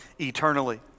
eternally